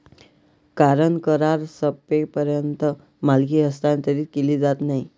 कारण करार संपेपर्यंत मालकी हस्तांतरित केली जात नाही